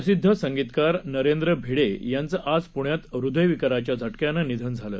प्रसिद्ध संगीतकार नरेंद्र भिडे यांचं आज पुण्यात हृदयविकाराच्या झटक्यानं निधन झालं